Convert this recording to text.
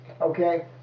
okay